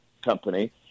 company